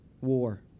war